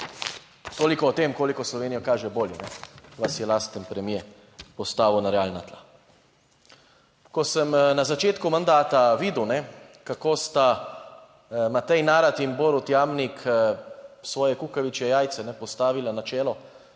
Toliko o tem, koliko Sloveniji kaže bolje, vas je lasten premier postavil na realna tla. Ko sem na začetku mandata videl, kako sta Matej Narat in Borut Jamnik svoje kukavičje jajce postavila na čelo